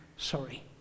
sorry